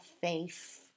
faith